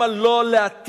הם לא אמרו לה מלה